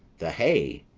the hay.